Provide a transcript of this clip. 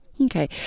Okay